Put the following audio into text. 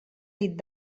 dit